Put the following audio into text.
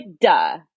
duh